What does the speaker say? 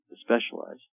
specialize